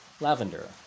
lavender